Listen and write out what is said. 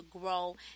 grow